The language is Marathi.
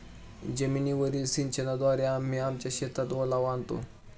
जमीनीवरील सिंचनाद्वारे आम्ही आमच्या शेतात ओलावा आणतो